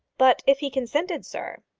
but if he consented, sir?